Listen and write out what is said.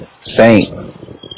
Saint